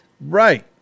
Right